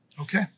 Okay